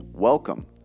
Welcome